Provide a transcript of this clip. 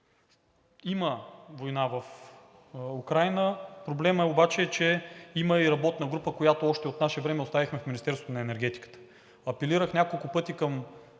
има война в Украйна. Проблемът е обаче, че има работна група, която още от наше време оставихме в Министерството на енергетиката. Апелирах няколко пъти към